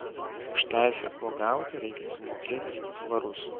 už teisę uogauti reikia sumokėti du svarus